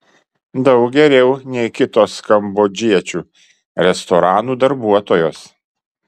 daug geriau nei kitos kambodžiečių restoranų darbuotojos